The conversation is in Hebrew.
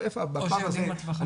בפער הזה,